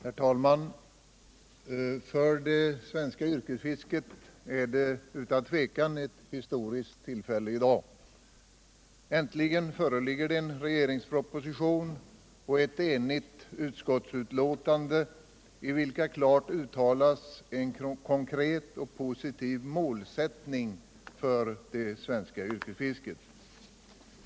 Herr talman! För det svenska yrkesfisket är det utan tvivel ett historiskt tillfälle i dag. Äntligen föreligger det en regeringsproposition och ett enigt utskottsbetänkande, i vilka klart uttalas en konkret och positiv målsättning för det svenska yrkesfisket.